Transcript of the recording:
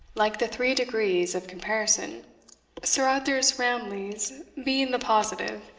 like the three degrees of comparison sir arthur's ramilies being the positive,